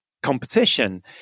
competition